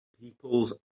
people's